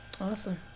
awesome